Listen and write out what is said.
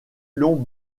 long